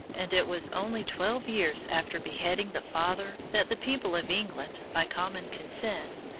and it was only twelve years after beheading the father that the people of england, by common consent,